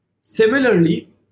similarly